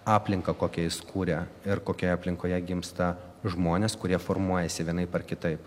aplinką kokią jis kuria ir kokioje aplinkoje gimsta žmonės kurie formuojasi vienaip ar kitaip